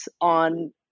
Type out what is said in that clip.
on